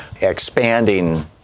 expanding